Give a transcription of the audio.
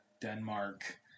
Denmark